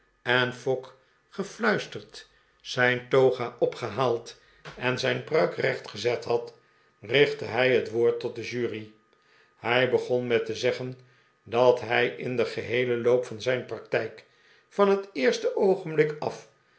en fogg gefluisterd zijn toga opgehaald en zijn pruik recht gezet had richtte hij het woord tot de jury hij begon met te zeggen dat hij in den geheelen loop van zijn praktijk van het eerste oogenblik af